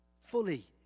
Fully